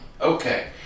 Okay